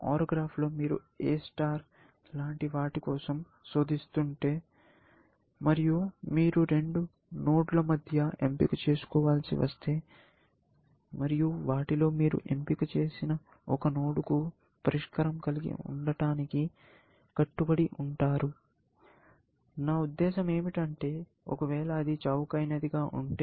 OR గ్రాఫ్లో మీరు A star లాంటి వాటి కోసం శోధిస్తుంటే మరియు మీరు రెండు నోడ్ల మధ్య ఎంపిక చేసుకోవలసి వస్తే మరియు వాటిలో మీరు ఎంపిక చేసిన ఒక నోడ్కు పరిష్కారం కలిగి ఉండటానికి కట్టుబడి ఉంటారు నా ఉదేశ్యం ఏమిటంటే ఒకవేళ అది చౌకైనది గా ఉంటే